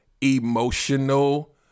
emotional